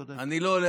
זו לא קריאה ראשונה.